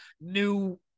new